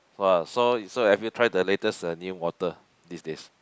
!wah! so so have you try the latest a new water these days